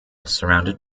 surrounded